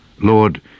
Lord